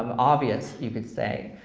um obvious, you could say.